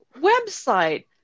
website